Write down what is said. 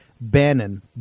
Bannon